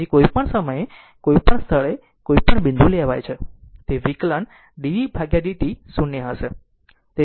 તેથી કોઈપણ સમયે કોઈપણ સ્થળે કોઈ પણ બિંદુ લેવાય છે તે વિકલન dv dt 0 હશે